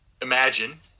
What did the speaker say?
Imagine